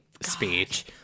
speech